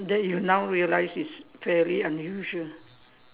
that you now realize is fairly unusual